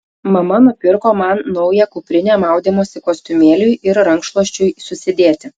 mama nupirko man naują kuprinę maudymosi kostiumėliui ir rankšluosčiui susidėti